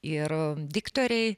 ir diktoriai